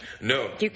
No